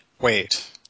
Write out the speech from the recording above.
Wait